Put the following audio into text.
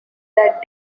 that